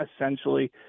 essentially